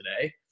today